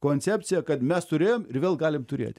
koncepcija kad mes turėjom ir vėl galim turėti